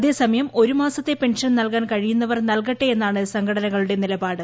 അതേസമയം ഒരുമാസത്തെ പെൻഷൻ നൽക്കാൻ കഴിയുന്നവർ നൽകട്ടെ എന്നാണ് സംഘടനകുളുടെ നിലപാട്